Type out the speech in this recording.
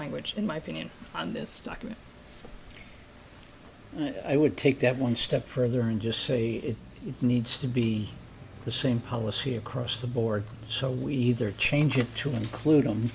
language in my opinion on this document i would take that one step further and just say it needs to be the same policy across the board so we either change it to include